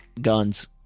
guns